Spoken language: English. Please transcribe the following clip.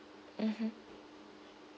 mmhmm